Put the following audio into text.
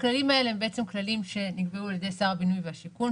הכללים האלה הם בעצם כללים שנקבעו על ידי שר הבינוי והשיכון.